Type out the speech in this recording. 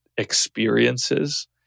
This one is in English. Experiences